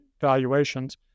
valuations